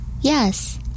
Yes